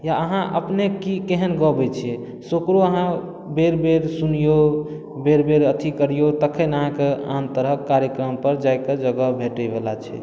या अहाँ अपने की केहन गबैत छियै से ओकरो अहाँ बेर बेर सुनिऔ बेर बेर अथि करिऔ तखनि अहाँ कऽ आन तरह कार्यक्रम पर जाइ कऽ जगह भेटै बला छै